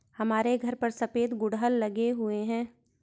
हमारे घर पर सफेद गुड़हल लगे हुए हैं